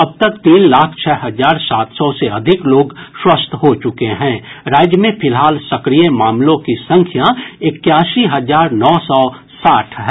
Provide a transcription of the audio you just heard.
अब तक तीन लाख छह हजार सात सौ से अधिक लोग स्वस्थ हो चुके राज्य में फिलहाल सक्रिय मामलों की संख्या इक्यासी हजार नौ सौ साठ है